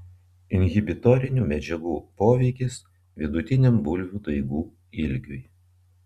inhibitorinių medžiagų poveikis vidutiniam bulvių daigų ilgiui